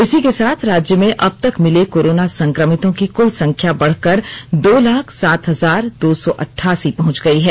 इसी के साथ राज्य में अब तक मिले कोरोना संक्रमितों की कल संख्या बढकर दो लाख सात हजार दो सौ अट्ठासी पहुंच गई है